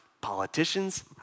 politicians